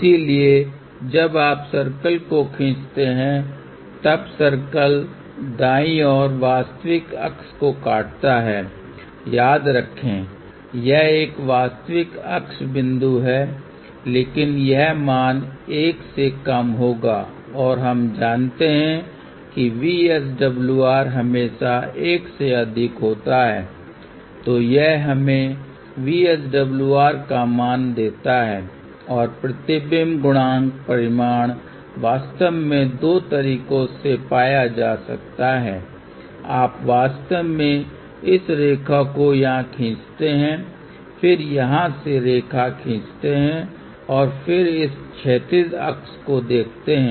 इसलिए जब आप सर्कल को खींचते हैं जब सर्कल दाईं ओर वास्तविक अक्ष को काटता है याद रखें यह एक वास्तविक अक्ष बिंदु है लेकिन यह मान 1 से कम होगा और हम जानते हैं कि VSWR हमेशा 1 से अधिक होता है तो यह हमें VSWR का मान देता है और प्रतिबिंब गुणांक परिमाण वास्तव में दो तरीकों से पाया जा सकता है आप वास्तव में इस रेखा को यहाँ खींचते हैं फिर यहाँ से रेखा खींचते हैं और फिर इस क्षैतिज अक्ष को देखते हैं